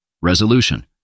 Resolution